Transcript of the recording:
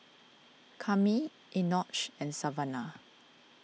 Kami Enoch and Savanna